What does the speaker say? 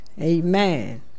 Amen